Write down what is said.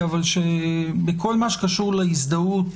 אבל בכל מה שקשור להזדהות,